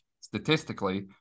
statistically